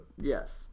Yes